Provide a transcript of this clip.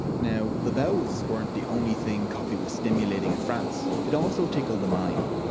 now the bowels weren't the only things coffee was stimulating in france. it also tickled the mind.